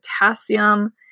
potassium